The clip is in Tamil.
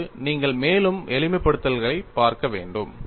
இப்போது நீங்கள் மேலும் எளிமைப்படுத்தல்களைப் பார்க்க வேண்டும்